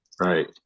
Right